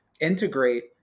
integrate